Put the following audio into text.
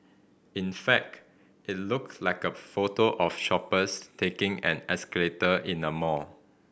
in fact it looked like a photo of shoppers taking an escalator in a mall